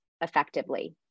effectively